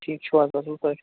ٹھیٖک چھُو حظ اَصٕل پٲٹھۍ